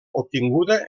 obtinguda